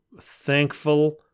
thankful